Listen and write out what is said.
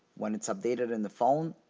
when it's updated in the phone,